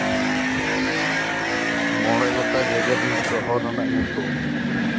ᱢᱚᱬᱮ ᱜᱚᱴᱮᱡ ᱡᱮᱜᱮᱛ ᱨᱮᱭᱟᱜ ᱥᱚᱦᱚᱨ ᱨᱮᱱᱟᱜ ᱧᱩᱛᱩᱢ